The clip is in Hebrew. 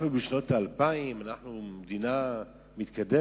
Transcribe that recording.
אנחנו בשנות האלפיים, אנחנו מדינה מתקדמת.